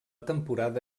temporada